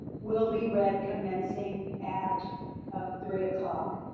will be read commencing at three o'clock.